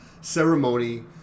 ceremony